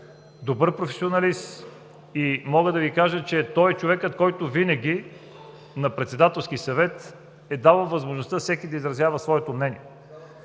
добър професионалист. Мога да Ви кажа, че той е човекът, който винаги на Председателски съвет е давал възможността на всеки да изразява своето мнение.